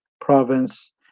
province